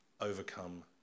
overcome